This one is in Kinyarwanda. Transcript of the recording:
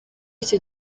icyo